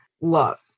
look